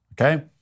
Okay